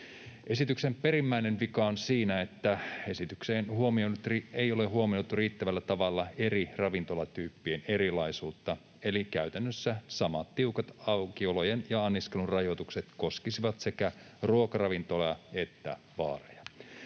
Esityksen perimmäinen vika on siinä, että esityksessä ei ole huomioitu riittävällä tavalla eri ravintolatyyppien erilaisuutta. Eli käytännössä samat tiukat aukiolojen ja anniskelun rajoitukset koskisivat sekä ruokaravintoloita että baareja.